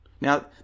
Now